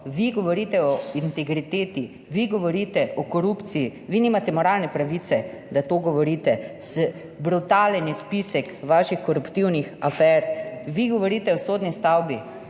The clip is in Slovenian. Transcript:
vi govorite o integriteti, vi govorite o korupciji, vi nimate moralne pravice, da to govorite. Brutalen je spisek vaših koruptivnih afer. Vi govorite o sodni stavbi